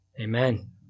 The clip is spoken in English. amen